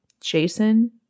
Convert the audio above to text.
Jason